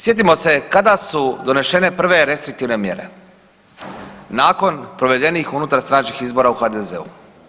Sjetimo se kada su donešene prve restriktivne mjere, nakon provedenih unutarstranačkih izbora u HDZ-u.